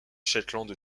shetland